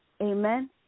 Amen